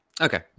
Okay